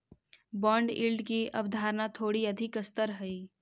bond yield की अवधारणा थोड़ी अधिक स्तर हई